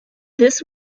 this